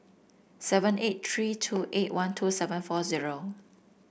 seven eight three two eight one two seven four zero